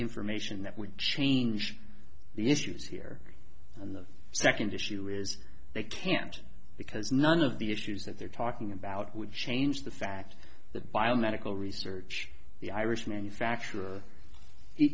information that would change the issues here and the second issue is they can't because none of the issues that they're talking about would change the fact the biomedical research the irish manufacturer it